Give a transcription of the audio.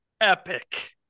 Epic